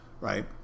right